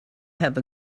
have